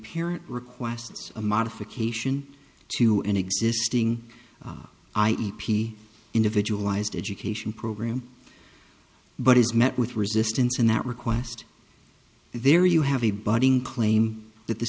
parent requests a modification to an existing i e p individualized education program but is met with resistance in that request and there you have a budding claim that the